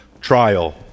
trial